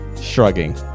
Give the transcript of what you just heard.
Shrugging